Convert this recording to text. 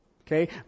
Okay